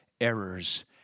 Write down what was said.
errors